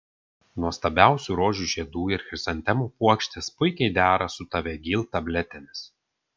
nuostabiausių rožių žiedų ir chrizantemų puokštės puikiai dera su tavegyl tabletėmis